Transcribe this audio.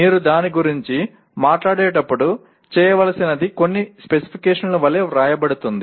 మీరు దాని గురించి మాట్లాడేటప్పుడు చేయవలసినది కొన్ని స్పెసిఫికేషన్ల వలె వ్రాయబడుతుంది